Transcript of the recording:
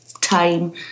time